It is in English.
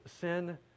sin